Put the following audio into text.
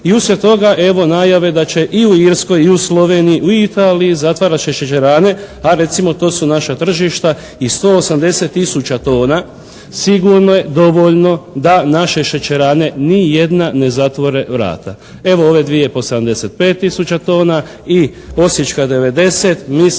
i usred toga evo najave da će i u Irskoj i u Sloveniji i u Italiji zatvarat će šećerane, a recimo to su naša tržišta i 180 tisuća tona sigurno je dovoljno da naše šećerane ni jedna ne zatvore vrata. Evo ove dvije po 75 tisuća tona i Osječka 90 mislim